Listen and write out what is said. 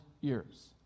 years